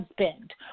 husband